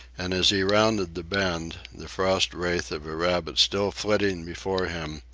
and as he rounded the bend, the frost wraith of a rabbit still flitting before him,